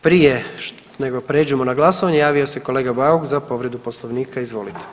Prije nego prijeđemo na glasovanje, javio se kolega Bauk za povredu Poslovnika, izvolite.